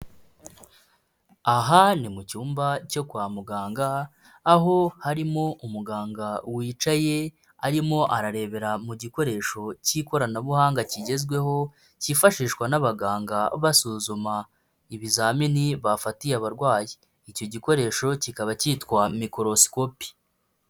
Aha ni mu cyumba cyo kwa muganga aho harimo umuganga wicaye arimo ararebera mu gikoresho k'ikoranabuhanga kigezweho cyifashishwa n'abaganga basuzuma ibizamini bafatiye abarwayi, icyo gikoresho kikaba cyitwa mikorosikopi.